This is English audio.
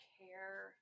care